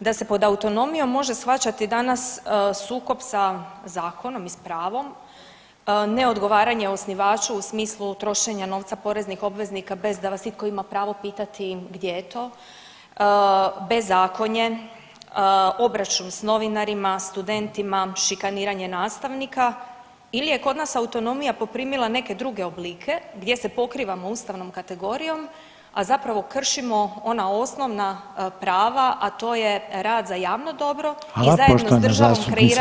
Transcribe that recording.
da se pod autonomijom može shvaćati danas sukob sa zakonom i s pravom, neodgovaranje osnivaču u smislu trošenje novca poreznih obveznika bez da vas itko ima pravo pitati gdje je to, bezakonje, obračun s novinarima, studentima, šikaniranje nastavnika ili je kod nas autonomija poprimila neke druge oblike gdje se pokrivamo ustavnom kategorijom, a zapravo kršimo ona osnovna prava, a to je rad za javno dobro [[Upadica: Hvala.]] i zajedno s državom kreiranje